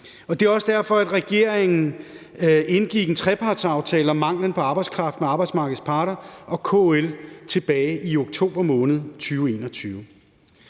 Det er også derfor, at regeringen indgik en trepartsaftale om manglen på arbejdskraft med arbejdsmarkedets parter og KL tilbage i oktober måned